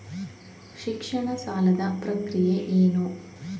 ಶಿಕ್ಷಣ ಸಾಲದ ಪ್ರಕ್ರಿಯೆ ಏನು?